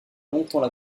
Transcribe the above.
longtemps